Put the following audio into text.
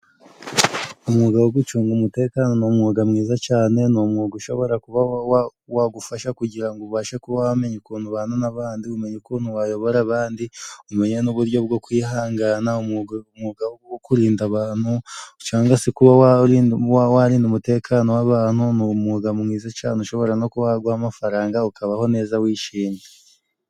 Umwuga wo gucunga umutekano ni umwuga mwiza cane ni umwuga ushobora kuba wagufasha kugira ubashe kuba wamenya ukuntu ubana n'abandi umenya ukuntu wayobora abandi umenya n'uburyo bwo kwihangana kurinda abantu canga se warinda umutekano w'abantu ni umwuga mwiza cane ushobora no kuba waguha amafaranga ukabaho neza wishimye.